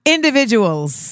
Individuals